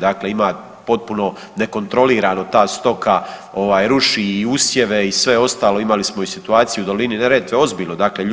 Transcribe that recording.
Dakle, ima potpuno nekontrolirano ta stoka ovaj ruši i usjeve i sve ostalo imali smo i situaciju u dolini Neretve, ozbiljno, dakle